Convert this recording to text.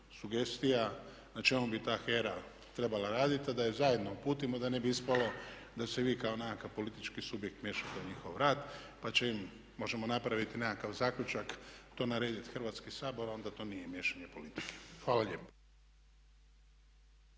sugestija na čemu bi ta HERA trebala raditi, a da je zajedno uputimo da ne bi ispalo da se vi kao nekakav politički subjekt miješate u njihov rad pa možemo napraviti nekakav zaključak i to narediti Hrvatski sabor a onda to nije miješanje politike. Hvala lijepa.